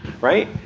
right